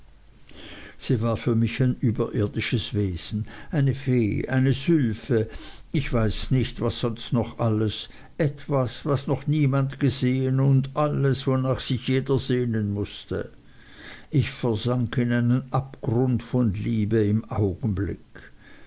sie war für mich ein überirdisches wesen eine fee eine sylphe ich weiß nicht was sonst noch alles etwas was noch niemand gesehen und alles wonach sich jeder sehnen mußte ich versank in einen abgrund von liebe im augenblick